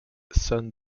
san